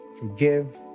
forgive